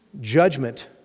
judgment